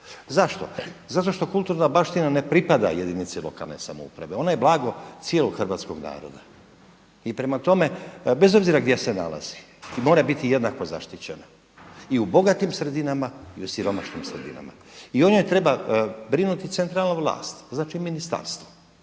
Zašto? Zato što kulturna baština ne pripada jedinici lokalne samouprave ona je blago cijelog hrvatskog naroda. I prema tome bez obzira gdje se nalazi i mora biti jednako zaštićena i u bogatim sredinama i u siromašnim sredinama. I o njoj treba brinuti centralna vlast, znači ministarstvo.